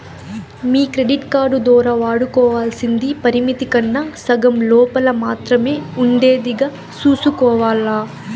మీ credit card దోరా వాడుకోవల్సింది పరిమితి కన్నా సగం లోపల మాత్రమే ఉండేదిగా సూసుకోవాల్ల